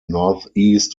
northeast